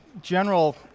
general